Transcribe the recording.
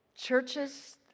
Churches